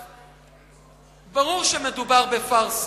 ברור שמדובר בפארסה.